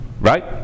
Right